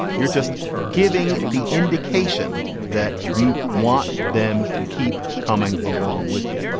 you're just giving the indication that you want them to keep coming along with you.